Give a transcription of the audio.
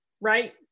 right